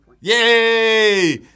Yay